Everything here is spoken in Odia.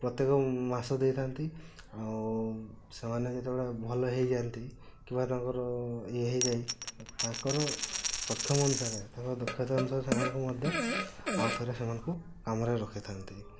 ପ୍ରତ୍ୟେକ ମାସ ଦେଇଥାନ୍ତି ଆଉ ସେମାନେ ଯେତେବେଳେ ଭଲ ହୋଇଯାଆନ୍ତି କିବା ତାଙ୍କର ଇଏ ହୋଇଯାଏ ତାଙ୍କର ସକ୍ଷମ ଅନୁସାରେ ତାଙ୍କର ଦକ୍ଷତା ଅନୁସାରେ ସେମାନଙ୍କୁ ମଧ୍ୟ ଆଉଥରେ ସେମାନଙ୍କୁ କାମରେ ରଖିଥାନ୍ତି